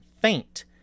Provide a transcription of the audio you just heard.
faint